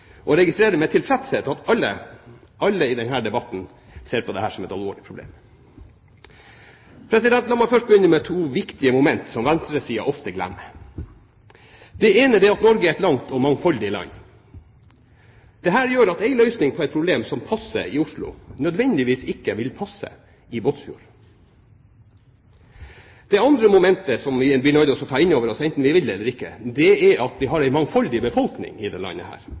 og registrerer med tilfredshet at alle i denne debatten ser på dette som et alvorlig problem. La meg først begynne med to viktige moment som venstresiden ofte glemmer. Det ene er at Norge er et langt og mangfoldig land. Dette gjør at en løsning på et problem som passer i Oslo, nødvendigvis ikke vil passe i Båtsfjord. Det andre momentet som vi blir nødt til å ta inn over oss, enten vi vil det eller ikke, er at vi har en mangfoldig befolkning i dette landet. Det